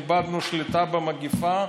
איבדנו שליטה על המגפה,